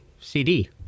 CD